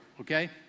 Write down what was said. okay